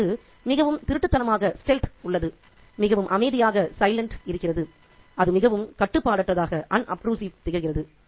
அது மிகவும் திருட்டுத்தனமாக உள்ளது மிகவும் அமைதியாக இருக்கிறது அது மிகவும் கட்டுப்பாடற்றதாக திகழ்கிறது